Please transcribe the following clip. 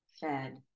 fed